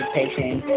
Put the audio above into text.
patient